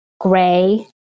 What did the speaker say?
gray